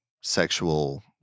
sexual